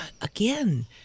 again